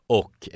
och